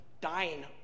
dying